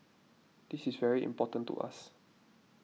this is very important to us